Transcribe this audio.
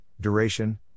duration